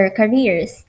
careers